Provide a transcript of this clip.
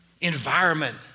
environment